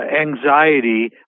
anxiety